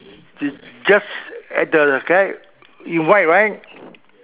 it's just at the guy in white right